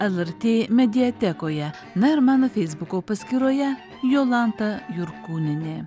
lrt mediatekoje na ir mano feisbuko paskyroje jolanta jurkūnienė